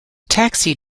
taxi